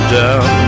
down